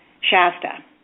Shasta